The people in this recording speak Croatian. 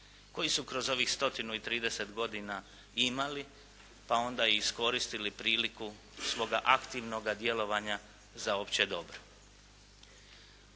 koji su kroz ovih 130 godina imali pa onda i iskoristili priliku svoga aktivnoga djelovanja za opće dobro.